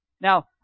Now